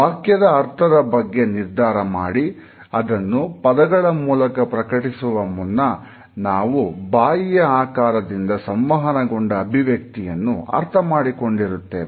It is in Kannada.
ವಾಕ್ಯದ ಅರ್ಥದ ಬಗ್ಗೆ ನಿರ್ಧಾರ ಮಾಡಿ ಅದನ್ನು ಪದಗಳ ಮೂಲಕ ಪ್ರಕಟಿಸುವ ಮುನ್ನ ನಾವು ಬಾಯಿಯ ಆಕಾರದಿಂದ ಸಂವಹನಗೊಂಡ ಅಭಿವ್ಯಕ್ತಿಯನ್ನು ಅರ್ಥ ಮಾಡಿಕೊಂಡಿರುತ್ತೇವೆ